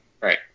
right